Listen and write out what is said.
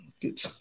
Good